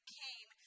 came